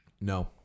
no